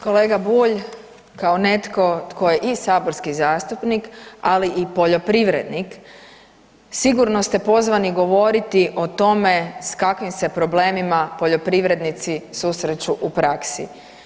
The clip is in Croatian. Kolega Bulj, kao netko tko je i saborski zastupnik ali i poljoprivrednik, sigurno ste pozvani govoriti o tome s kakvim se problemima poljoprivrednici susreću u praksi.